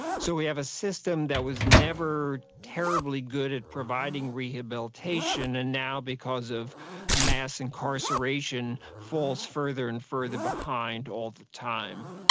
so we have a system that was never terribly good at providing rehabilitation and now, because of mass incarceration, falls further and further behind all the time.